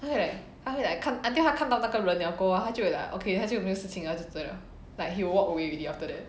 他会 like 他会 like 看 until 他看到那个人了过后他就会 like okay 他就有没事情了他就 turn around like he will walk away already after that